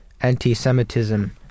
anti-Semitism